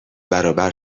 برابر